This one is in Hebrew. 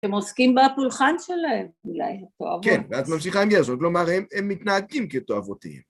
שהם עוסקים בפולחן שלהם, אולי, התועבות. כן, ואת ממשיכה להגיע לזה, זאת אומרת, הם מתנהגים כתועבותיים.